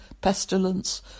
pestilence